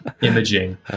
imaging